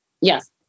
Yes